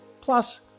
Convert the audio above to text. plus